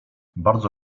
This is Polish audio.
bardzo